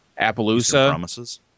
Appaloosa